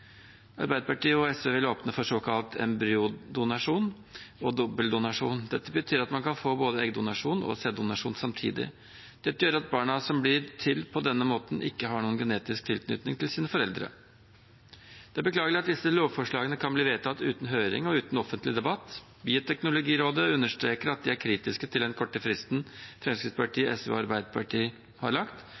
Arbeiderpartiet og SV vil åpne for såkalt embryodonasjon og dobbeldonasjon. Dette betyr at man kan få både eggdonasjon og sæddonasjon samtidig. Dette gjør at barna som blir til på denne måten, ikke har noen genetisk tilknytning til sine foreldre. Det er beklagelig at disse lovforslagene kan bli vedtatt uten høring og uten offentlig debatt. Bioteknologirådet understreker at de er kritiske til den korte fristen Fremskrittspartiet, SV og Arbeiderpartiet har lagt